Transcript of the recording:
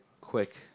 quick